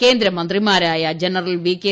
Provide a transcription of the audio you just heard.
കേന്ദ്രമന്ത്രിമാരായ general VK